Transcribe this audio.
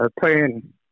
playing